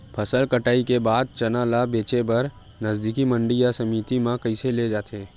फसल कटाई के बाद चना ला बेचे बर नजदीकी मंडी या समिति मा कइसे ले जाथे?